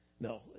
no